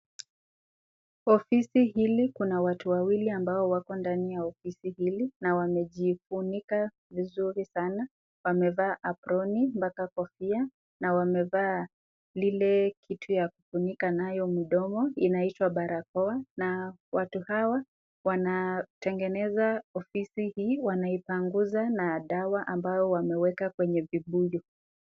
Ofisi hili kuna watu wawili ambao wako ndani ya ofisi hili na wamejifunika vizuri sana wamevaa aproni paka kofia wamevaa lile kitu yakutumika naye mkono inaitwa barakoa na watu wanatengeneza ofisi wanabanguza na dawa ambayo wameweka kwenye kibuyu.